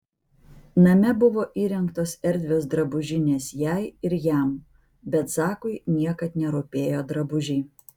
name buvo įrengtos erdvios drabužinės jai ir jam bet zakui niekad nerūpėjo drabužiai